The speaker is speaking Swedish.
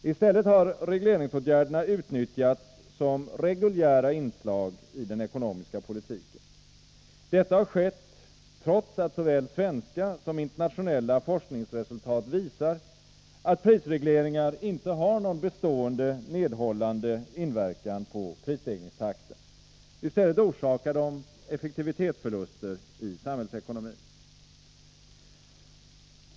I stället har regleringsåtgärderna utnyttjats som reguljära inslag i den ekonomiska politiken. Detta har skett trots att såväl svenska som internationella forskningsresultat visar att prisregleringar inte har någon bestående nedhållande inverkan på prisstegringstakten. I stället orsakar de effektivitetsförluster i samhällsekonomin.